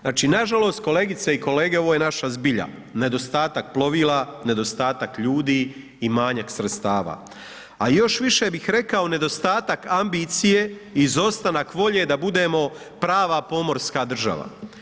Znači, nažalost kolegice i kolege ovo je naša zbilja, nedostatak plovila, nedostatak ljudi i manjak sredstava, a još više bih rekao nedostatak ambicije, izostanak volje da budemo prava pomorska država.